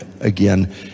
again